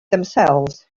themselves